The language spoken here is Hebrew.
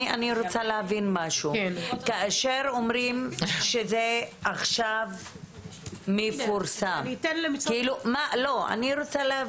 אני רוצה להבין משהו: כאשר אומרים שזה מפורסם עכשיו מה זה אומר?